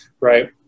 right